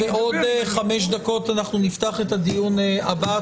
בעוד חמש דקות נתחיל את הדיון הבא.